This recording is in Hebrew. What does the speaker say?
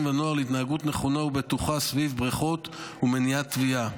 ונוער להתנהגות נכונה ובטוחה סביב בריכות ומניעת טביעה.